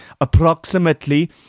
approximately